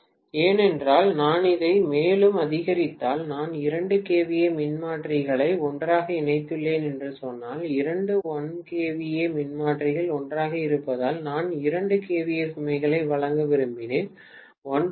ஏனென்றால் நான் இதை மேலும் அதிகரித்தால் நான் 2 KVA மின்மாற்றிகளை ஒன்றாக இணைத்துள்ளேன் என்று சொன்னால் இரண்டு 1 KVA மின்மாற்றிகள் ஒன்றாக இருப்பதால் நான் 2 KVA சுமைகளை வழங்க விரும்பினேன் 1